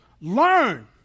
learn